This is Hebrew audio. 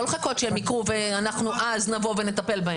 לא לחכות שהם יקרו ואז אנחנו נבוא ונטפל בהם.